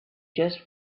just